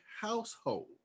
household